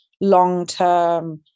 long-term